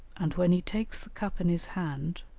and when he takes the cup in his hand,